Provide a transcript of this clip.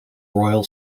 royal